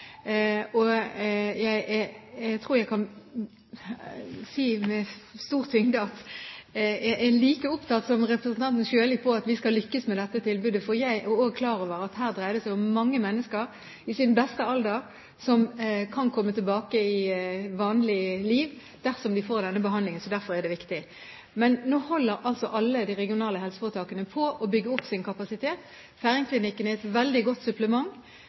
Jeg tror jeg kan si med stor tyngde at jeg er like opptatt som representanten Sjøli av at vi skal lykkes med dette tilbudet, for jeg er også klar over at det her dreier seg om mange mennesker i sin beste alder som kan komme tilbake til et vanlig liv, dersom de får denne behandlingen. Derfor er det viktig. Nå holder altså alle de regionale helseforetakene på med å bygge opp sin kapasitet. Feiringklinikken er et veldig godt supplement,